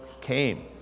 came